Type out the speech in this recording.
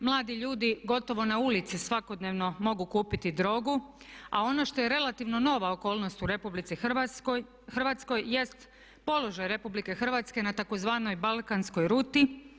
Mladi ljudi gotovo na ulici svakodnevno mogu kupiti drogu, a ono što je relativno nova okolnost u RH jest položaj RH na tzv. balkanskoj ruti.